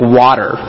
water